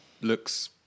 looks